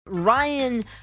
Ryan